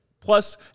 plus